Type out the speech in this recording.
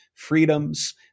freedoms